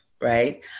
right